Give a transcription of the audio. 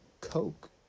Coke